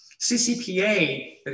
CCPA